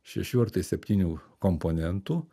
šešių ar tai septynių komponentų